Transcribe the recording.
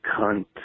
cunt